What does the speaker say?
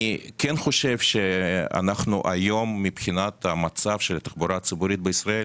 אני כן חושב שהיום מבחינת המצב של התחבורה הציבורית בישראל,